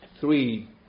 Three